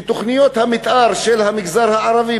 שתוכניות המתאר של המגזר הערבי,